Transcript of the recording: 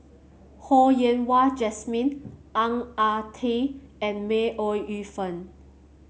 Ho Yen Wah Jesmine Ang Ah Tee and May Ooi Yu Fen